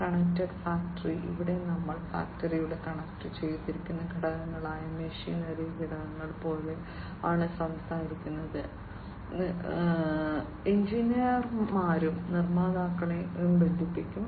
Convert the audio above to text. connected factory ഇവിടെ നമ്മൾ ഫാക്ടറിയുടെ കണക്റ്റുചെയ്ത ഘടകങ്ങളായ മെഷിനറി ഘടകങ്ങൾ പോലെയാണ് സംസാരിക്കുന്നത് എഞ്ചിനീയർമാരും നിർമ്മാതാക്കളെ ബന്ധിപ്പിക്കും